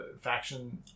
faction